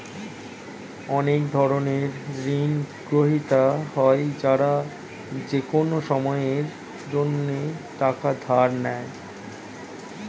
অনেক ধরনের ঋণগ্রহীতা হয় যারা যেকোনো সময়ের জন্যে টাকা ধার নেয়